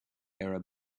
arab